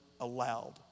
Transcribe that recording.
allowed